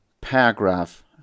paragraph